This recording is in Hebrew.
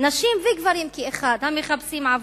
על נשים וגברים כאחד המחפשים עבודה.